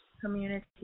Community